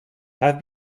have